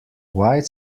white